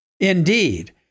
Indeed